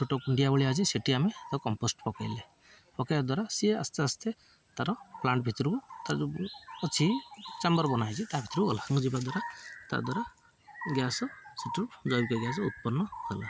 ଛୋଟ କୁଣ୍ଡିଆ ଭଳିଆ ଅଛି ସେଠି ଆମେ ତା କମ୍ପୋଷ୍ଟ ପକେଇଲେ ପକେଇବା ଦ୍ୱାରା ସିଏ ଆସ୍ତେ ଆସ୍ତେ ତାର ପ୍ଳାଣ୍ଟ ଭିତରୁ ତାର ଯେଉଁ ଅଛି ଚାମ୍ବର ବନାହେଇଛି ତା ଭିତରକୁ ଗଲା ଯିବା ଦ୍ୱାରା ତା ଦ୍ୱାରା ଗ୍ୟାସ ସେଠୁ ଜୈବିକ ଗ୍ୟାସ ଉତ୍ପନ୍ନ ହେଲା